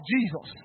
Jesus